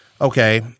okay